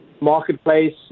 marketplace